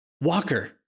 Walker